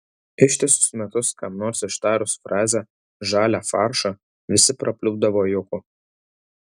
ištisus metus kam nors ištarus frazę žalią faršą visi prapliupdavo juoku